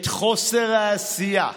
את חוסר העשייה,